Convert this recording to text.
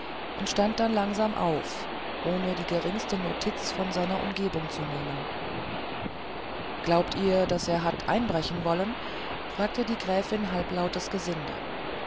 und stand dann langsam auf ohne die geringste notiz von seiner umgebung zu nehmen glaubt ihr daß er hat einbrechen wollen fragte die gräfin halblaut das gesinde